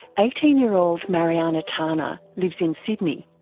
eighteen year old mariana tana lives in sydney.